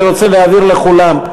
אני רוצה להבהיר לכולם: